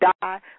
die